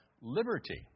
liberty